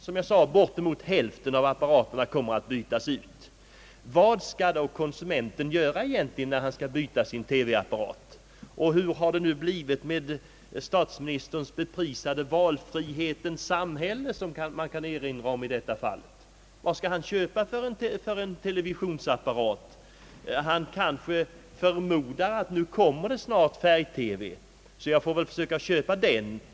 Hur skall då konsumenten egentligen förfara när han skall byta sin TV apparat? Jag skulle i detta sammanhang vilja fråga hur det blivit med statsministerns så beprisade »valfrihetens samhälle»? Vad slags televisionsapparat skall han köpa? Han kanske förmodar att färg-TV snart kommer och vill därför köpa en sådan apparat.